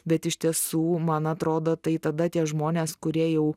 bet iš tiesų man atrodo tai tada tie žmonės kurie jau